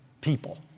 people